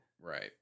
Right